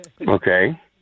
Okay